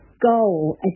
goal